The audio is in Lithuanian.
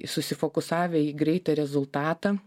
susifokusavę į greitą rezultatą